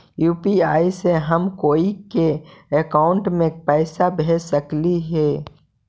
UPI से हम कोई के अकाउंट में पैसा भेज सकली ही?